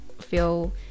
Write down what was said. feel